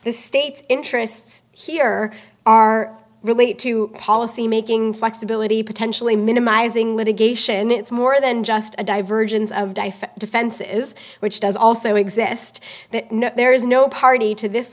the state's interests here are relate to policymaking flexibility potentially minimizing litigation it's more than just a divergence of die for defensive is which does also exist that there is no party to this